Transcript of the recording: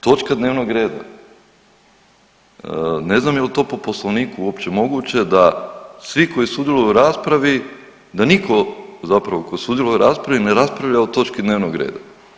Točka dnevnog reda, ne znam je li to po Poslovniku uopće moguće da svi koji sudjeluju u raspravi, da niko zapravo ko sudjeluje u raspravi ne raspravlja o točki dnevnog reda.